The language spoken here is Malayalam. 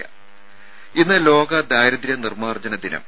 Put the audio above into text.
രെ ഇന്ന് ലോക ദാരിദ്ര്യ നിർമ്മാർജ്ജന ദിനം